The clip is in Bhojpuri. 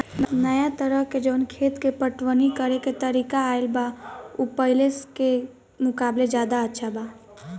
नाया तरह के जवन खेत के पटवनी करेके तरीका आईल बा उ पाहिले के मुकाबले ज्यादा अच्छा बा